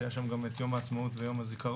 כי היה שם גם את יום העצמאות ויום הזיכרון,